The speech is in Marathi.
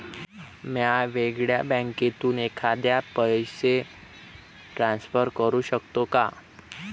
म्या वेगळ्या बँकेतून एखाद्याला पैसे ट्रान्सफर करू शकतो का?